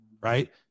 Right